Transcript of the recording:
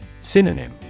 Synonym